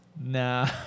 Nah